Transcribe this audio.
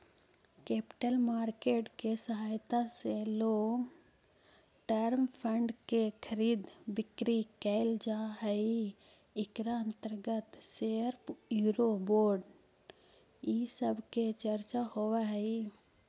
capital market के सहायता से लोंग टर्म फंड के खरीद बिक्री कैल जा हई इकरा अंतर्गत शेयर यूरो बोंड इ सब के चर्चा होवऽ हई